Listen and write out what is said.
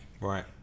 Right